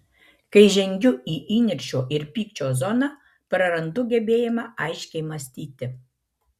kai žengiu į įniršio ir pykčio zoną prarandu gebėjimą aiškiai mąstyti